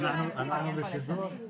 אלון, לך לא היו הסתייגויות.